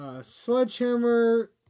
Sledgehammer